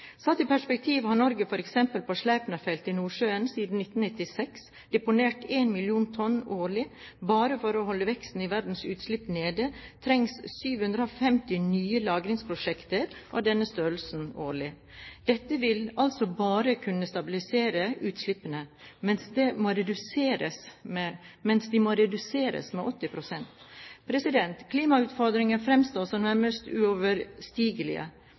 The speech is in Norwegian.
Satt i perspektiv har Norge f.eks. på Sleipner-feltet i Nordsjøen siden 1996 deponert 1 mill. tonn årlig. Bare for å holde veksten i verdens utslipp nede trengs 750 nye lagringsprosjekter av denne størrelsen årlig. Dette vil altså bare kunne stabilisere utslippene, mens de må reduseres med 80 pst. Klimautfordringen fremstår som nærmest